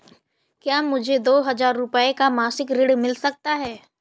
क्या मुझे दो हजार रूपए का मासिक ऋण मिल सकता है?